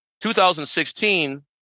2016